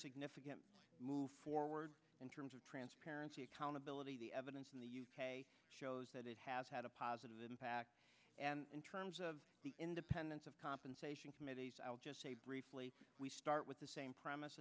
significant move forward in terms of transparency accountability the evidence shows that it has had a positive impact and in terms of the independence of compensation committees i'll just say briefly we start with the same premise